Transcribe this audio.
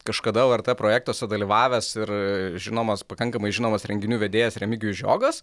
kažkada lrt projektuose dalyvavęs ir žinomas pakankamai žinomas renginių vedėjas remigijus žiogas